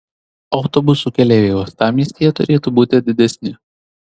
autobusų keleiviai uostamiestyje turėtų būti atidesni